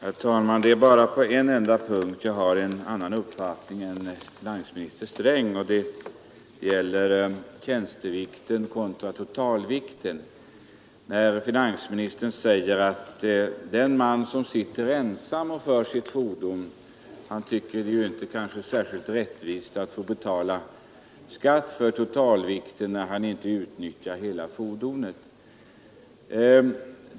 Herr talman! Det är bara på en enda punkt jag har en annan uppfattning än finansminister Sträng, och det gäller tjänstevikten kontra totalvikten. Finansministern säger att den man som sitter ensam och för sitt fordon tycker kanske inte att det är särskilt rättvist att han skall betala skatt för totalvikten när han inte utnyttjar hela fordonet.